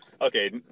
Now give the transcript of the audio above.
Okay